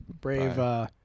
Brave